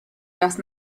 gas